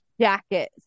jacket